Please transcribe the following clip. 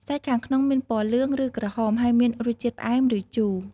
សាច់ខាងក្នុងមានពណ៌លឿង ឬក្រហម ហើយមានរសជាតិផ្អែម ឬជូរ។